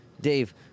dave